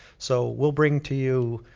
so, we'll bring to you